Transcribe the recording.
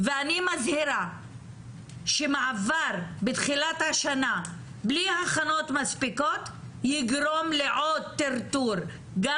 ואני מזהירה שמעבר בתחילת השנה בלי הכנות מספיקות יגרום לעוד טרטור גם